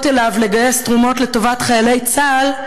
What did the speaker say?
אליו לגייס תרומות לטובת חיילי צה"ל,